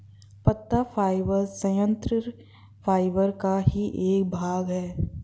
पत्ता फाइबर संयंत्र फाइबर का ही एक भाग है